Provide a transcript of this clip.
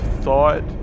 thought